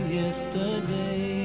yesterday